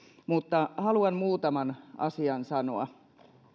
mutta haluan muutaman asian sanoa